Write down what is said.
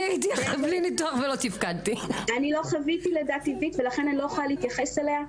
לא חוויתי לידה טבעית לכן אני לא יכולה להתייחס אליה.